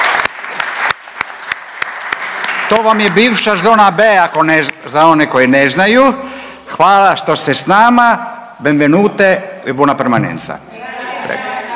to vam je bivša zona B ako ne…, za one koji ne znaju. Hvala što ste s nama, benvenute buona permanenza.